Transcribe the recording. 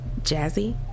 Jazzy